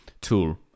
tool